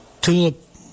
tulip